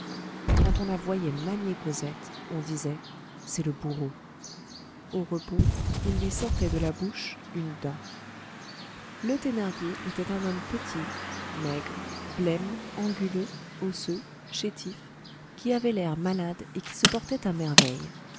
quand on la voyait manier cosette on disait c'est le bourreau au repos il lui sortait de la bouche une dent le thénardier était un homme petit maigre blême anguleux osseux chétif qui avait l'air malade et qui se portait à merveille